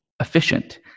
efficient